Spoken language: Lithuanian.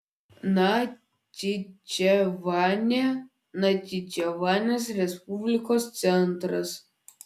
nachičevanė nachičevanės respublikos centras